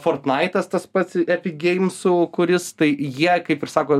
fortnaitas tas pats epigeimsų kuris tai jie kaip ir sako